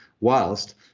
whilst